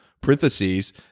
parentheses